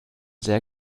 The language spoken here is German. sehr